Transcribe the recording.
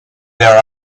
their